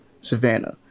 Savannah